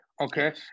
Okay